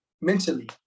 mentally